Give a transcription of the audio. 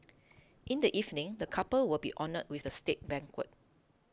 in the evening the couple will be honoured with a state banquet